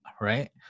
Right